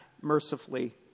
mercifully